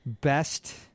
Best